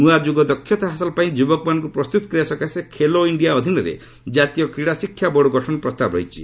ନ୍ତଆଯୁଗ ଦକ୍ଷତା ହାସଲ ପାଇଁ ଯୁବକମାନଙ୍କୁ ପ୍ରସ୍ତୁତ କରିବା ସକାଶେ 'ଖେଲୋ ଇଣ୍ଡିଆ' ଅଧୀନରେ ଜାତୀୟ କ୍ରୀଡ଼ା ଶିକ୍ଷା ବୋର୍ଡ଼ ଗଠନର ପ୍ରସ୍ତାବ ରହିଛି